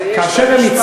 כאשר הם,